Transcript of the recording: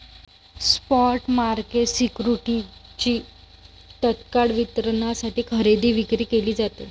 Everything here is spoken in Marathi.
स्पॉट मार्केट सिक्युरिटीजची तत्काळ वितरणासाठी खरेदी विक्री केली जाते